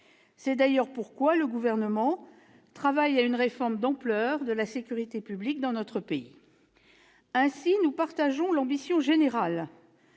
C'est d'ailleurs pourquoi le Gouvernement travaille à une réforme d'ampleur de la sécurité publique dans notre pays. Ainsi, nous partageons l'ambition générale